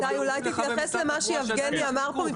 איתי, אולי תתייחס למה שיבגני אמר פה.